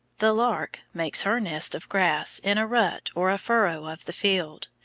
the lark makes her nest of grass in a rut or a furrow of the field.